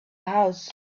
house